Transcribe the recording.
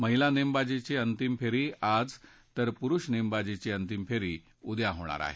महिला नेमबाजीची अंतिम फेरी आज तर पुरुष नेमबाजीची अंतिम फेरी उद्या होणार आहे